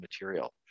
material